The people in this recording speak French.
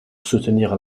soutenir